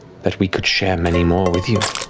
that we could share many more with you.